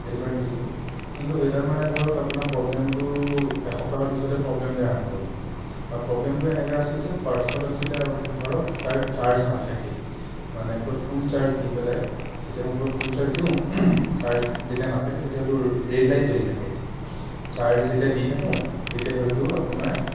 সেইটো কাৰণে দিছিলোঁ কিন্তু সেইডাল মানে ধৰক আপোনাৰ প্ৰব্লেমটো এসপ্তাহৰ পিছতে প্ৰব্লেম দিয়া আৰম্ভ হ'ল আৰু প্ৰব্লেমটো এনেকা আছিল যে ফাৰ্ষ্টত আছিলে ধৰক তাৰ চাৰ্জ নাথাকেই মানে পুৰা ফুল চাৰ্জ দি পেলাই তেতিয়া মই পুৰা ফুল চাৰ্জ দিওঁ চাৰ্জ যেতিয়া নাথাকে তেতিয়া হয়টো ৰেড লাইট জ্বলি থাকে চাৰ্জ যেতিয়া দি থাকোঁ তেতিয়া হয়তো আপোনাৰ